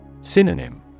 Synonym